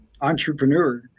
entrepreneur